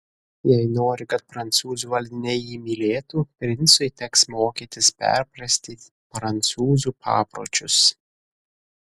jei nori kad prancūzų valdiniai jį mylėtų princui teks mokytis perprasti prancūzų papročius